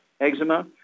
eczema